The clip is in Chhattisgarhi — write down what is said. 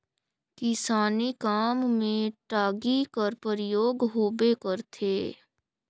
किसानी काम मे टागी कर परियोग होबे करथे